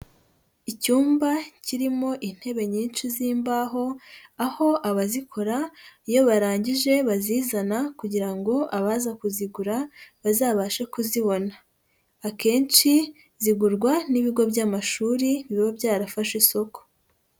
Icyumba kirimo intebe nyinshi z'imbaho aho abazikora iyo barangije bazizana kugira ngo abaza kuzigura bazabashe kuzibona, akenshi zigurwa n'ibigo by'amashuri biba byarafashe isoko.